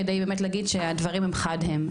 כדי באמת להגיד שהדברים הם חד הם,